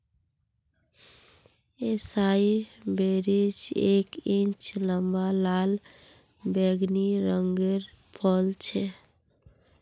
एसाई berries एक इंच लंबा लाल बैंगनी रंगेर फल छे